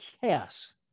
chaos